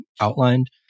outlined